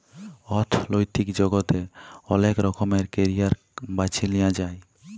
অথ্থলৈতিক জগতে অলেক রকমের ক্যারিয়ার বাছে লিঁয়া যায়